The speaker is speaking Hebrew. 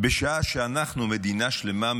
בשעה שאנחנו, מדינה שלמה,